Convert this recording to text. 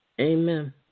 Amen